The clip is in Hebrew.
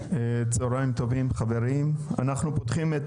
צוהריים טובים חברים אנחנו פותחים את